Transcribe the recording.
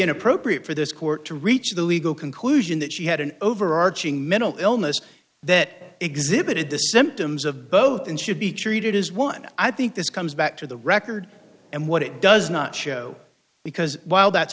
inappropriate for this court to reach the legal conclusion that she had an overarching mental illness that exhibited the symptoms of both and should be treated as one i think this comes back to the record and what it does not show because while that's